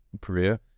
career